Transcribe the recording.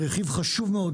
רכיב חשוב מאוד,